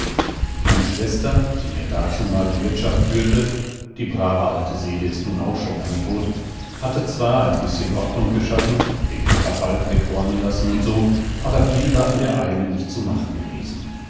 meine schwester die mir dazumal die wirtschaft führte die alte brave seele ist nun auch schon lange tot hatte zwar ein bißchen ordnung geschaffen den katafalk wegräumen lassen und so aber viel war in der eile nicht zu machen gewesen